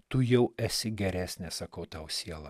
tu jau esi geresnis tau siela